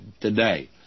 today